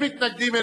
אין מתנגדים,